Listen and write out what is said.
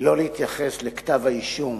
לא להתייחס לכתב האישום